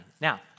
Now